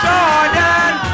Jordan